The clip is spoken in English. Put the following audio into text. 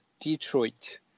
Detroit